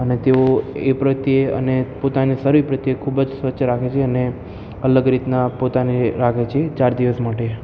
અને તેઓ એ પ્રત્યે અને પોતાની શરીર પ્રત્યે ખૂબ જ સ્વચ્છ રાખે છે અને અલગ રીતના પોતાને રાખે છે ચાર દિવસ માટે